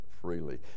freely